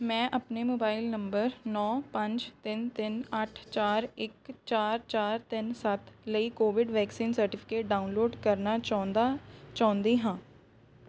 ਮੈਂ ਆਪਣੇ mobile number ਨੌ ਪੰਜ ਤਿੰਨ ਤਿੰਨ ਅੱਠ ਚਾਰ ਇੱਕ ਚਾਰ ਚਾਰ ਤਿੰਨ ਸੱਤ ਲਈ ਕੋਵਿਡ ਵੈਕਸੀਨ ਸਰਟੀਫਿਕੇਟ ਡਾਊਨਲੋਡ ਕਰਨਾ ਚਾਹੁੰਦਾ ਚਾਹੁੰਦੀ ਹਾਂ